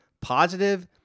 positive